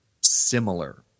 similar